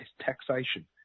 taxation